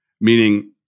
meaning